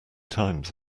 times